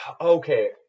Okay